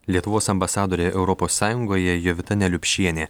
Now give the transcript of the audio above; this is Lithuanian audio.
lietuvos ambasadorė europos sąjungoje jovita neliupšienė